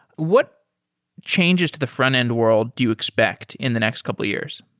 what changes to the frontend world do you expect in the next couple years?